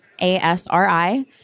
A-S-R-I